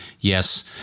yes